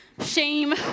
shame